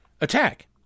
attack